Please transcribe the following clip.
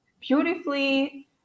beautifully